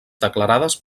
declarades